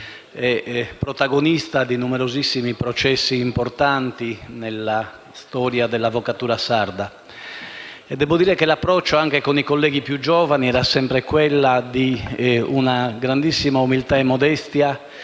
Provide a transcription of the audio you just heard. protagonista di numerosissimi processi importanti nella storia dell'avvocatura sarda. Debbo dire che l'approccio con i colleghi più giovani era sempre caratterizzato da una grandissima umiltà e modestia,